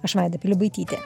aš vaida pilibaitytė